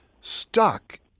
stuck